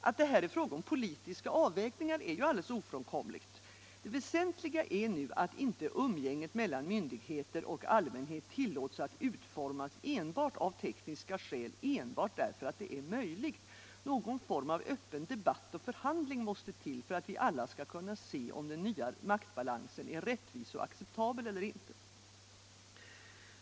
Att det är fråga om politiska avvägningar här är alldeles ofrånkomligt. Det väsentliga är att inte umgänget mellan myndigheter och allmänhet tillåts att utformas enbart av tekniska skäl bara därför att det är möjligt. Någon form av öppen debatt och förhandling måste till för att vi alla skall kunna se om den nya maktbalansen är rättvis och acceptabel eller inte.